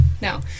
No